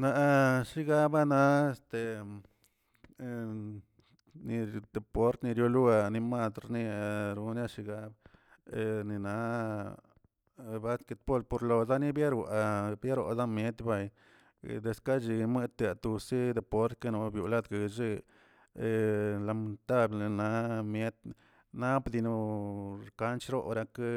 Naꞌ shigabana este niriu deport, niruw loani madrnia gone shi gak nina basquetbol porladani byeroaꞌ byerodoa miet bayi he deskachi mietbay bosi deportkani obiolatguellee lamentablə naꞌ miet nap dii no por kranchirorakə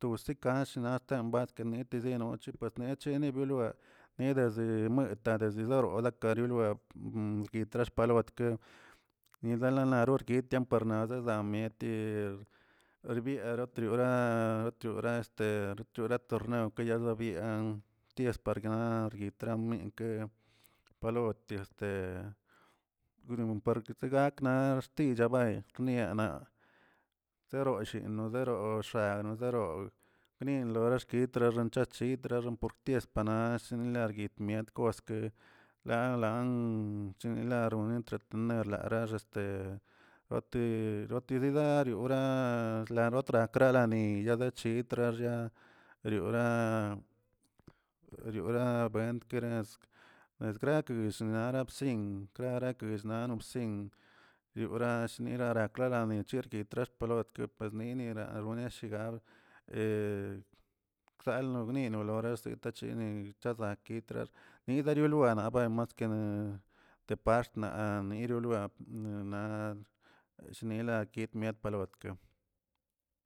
to she kash naten buet kanitezino puetne kachini benlueꞌ neꞌdaze muet dazezenoro kare lueb ndixka paloet ninilargotian parnadena mieti a- arbiere retrora retiora este retrora torniew kazayabiena ties pargna guitraminkə palot este gudun parze gakə naꞌ xticha baey niaꞌ naa zero shinnaꞌ, zeroxane, zero gninlo oraxkitro rachachiꞌ txazan porties panash larguit miet koskə lan lan lchin laronkə nerlara este rote rotididario raa rarotrakalani rechitriarixa riola, riora bientrkewens edrakus snabsin raknos nabsin nyora shnirarokla lanirchikit xnia palotke nini nalonia shinal klalə lo binola lesto tachini azakitraxt guidaloniaribua maskena departxna niroloab nana shiniloa kit miat palotke.